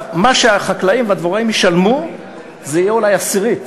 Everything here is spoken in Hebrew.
מה שהחקלאים והדבוראים ישלמו יהיה אולי עשירית,